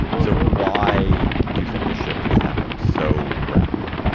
so why do you think the shift has happened so rapidly?